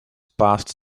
passed